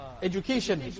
Education